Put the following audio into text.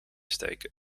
steken